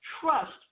Trust